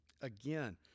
Again